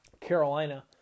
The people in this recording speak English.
Carolina